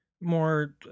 more